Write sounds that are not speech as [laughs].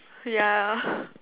yeah [laughs]